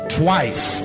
twice